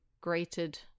grated